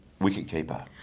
wicketkeeper